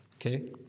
okay